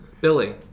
Billy